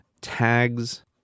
tags